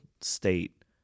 state